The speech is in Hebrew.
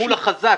מול החזק,